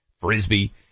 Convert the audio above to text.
frisbee